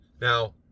Now